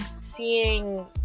seeing